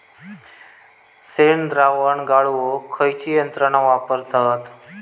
शेणद्रावण गाळूक खयची यंत्रणा वापरतत?